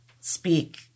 speak